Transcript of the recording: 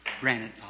Granted